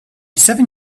seven